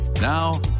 Now